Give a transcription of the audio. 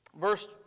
verse